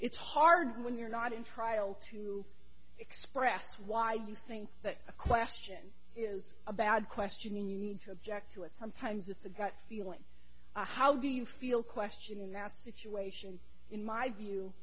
it's hard when you're not in trial to express why you think that a question is a bad question and you need to object to it sometimes it's a gut feeling how do you feel question in that situation in my view